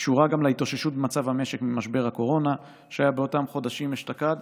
קשורה גם להתאוששות מצב המשק ממשבר הקורונה שהיה באותם חודשים אשתקד,